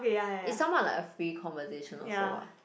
it somewhat like a free conversation also what